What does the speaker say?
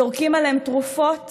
זורקים עליהם תרופות